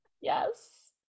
yes